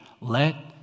Let